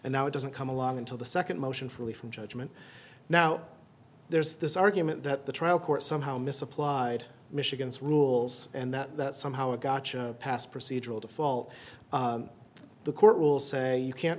and now it doesn't come along until the second motion from the from judgment now there's this argument that the trial court somehow misapplied michigan's rules and that that somehow a gotcha pass procedural default the court will say you can't